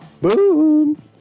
boom